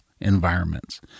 environments